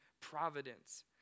providence